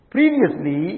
Previously